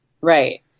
Right